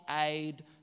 aid